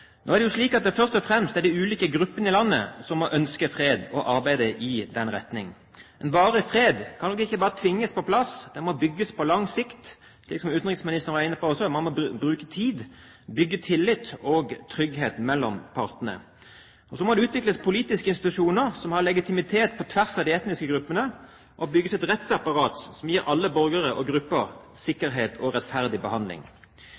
Nå er det jo slik at det først og fremst er de ulike gruppene i landet som må ønske fred og arbeide i den retning. Varig fred kan ikke bare tvinges på plass, den må bygges på lang sikt. Som utenriksministeren også var inne på, må man bruke tid, bygge tillit og trygghet mellom partene. Så må det utvikles politiske institusjoner som har legitimitet på tvers av de etniske gruppene og bygges et rettsapparat som gir alle borgere og grupper sikkerhet og rettferdig behandling.